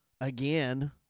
again